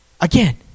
Again